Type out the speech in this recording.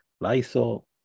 Lysol